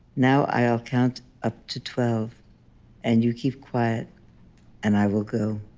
now i'll count up to twelve and you keep quiet and i will go.